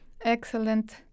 excellent